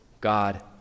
God